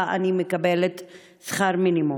שבה אני מקבלת שכר מינימום.